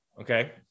Okay